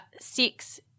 six